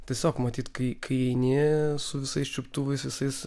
tiesiog matyt kai kai eini su visais čiuptuvais visais